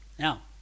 Now